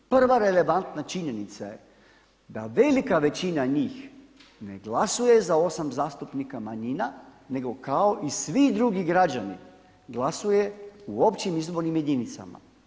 Prva relevantna činjenica je da velika većina njih ne glasuje za 8 zastupnika manjina nego kao i svi drugi građani glasuje u općim izbornim jedinicama.